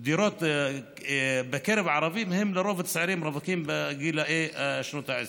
לרכישת דירות בקרב ערבים הם לרוב צעירים רווקים בגילאי שנות ה-20.